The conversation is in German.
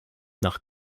nach